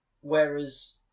whereas